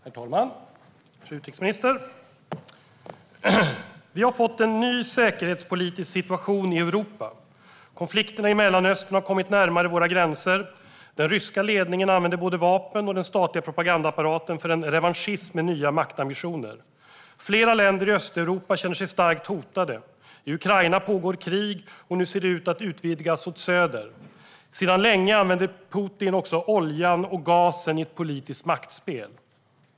Herr talman! Fru utrikesminister! "Vi har fått en ny säkerhetspolitisk situation i Europa. Konflikterna i Mellanöstern har kommit närmare våra gränser. Den ryska ledningen använder både vapen och den statliga propagandaapparaten för en revanschism med nya maktambitioner. Flera länder i Östeuropa känner sig starkt hotade. I Ukraina pågår krig och nu ser det ut att utvidgas åt söder. Sedan länge använder Putin också oljan och gasen i ett politiskt maktspel.